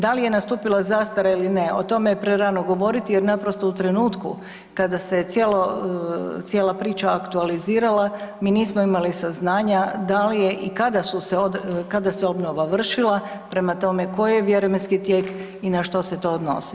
Da li je nastupila zastara ili ne, o tome je prerano govoriti jer naprosto u trenutku kada se je cijelo, cijela priča aktualizirala mi nismo imali saznanja da li je i kada se obnova vršila, prema tome koji je vremenski tijek i na što se to odnosi.